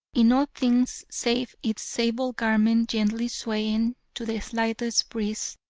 in all things save its sable garment gently swaying to the slightest breeze,